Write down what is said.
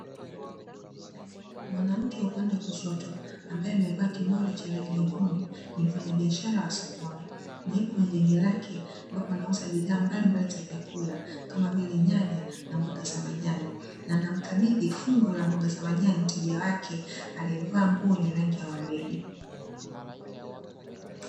Mwanamke wa upande wa kushoto ambaye amevaa king'ori cha rangi nyekundu, ni mfanyabiashara wa sokoni na yupo kwenge genge lake ambapo anauza bidhaa mbalimbali za vyakula kama vile: nyanya na mboga za majani. Na anamkabidhi fungu la mboga za majani mteja wake aliyevaa nguo yenye rangi ya waridi.